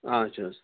آچھا حظ